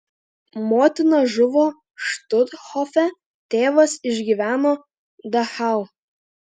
motina žuvo štuthofe tėvas išgyveno dachau